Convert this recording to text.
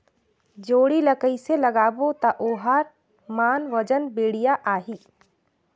जोणी ला कइसे लगाबो ता ओहार मान वजन बेडिया आही?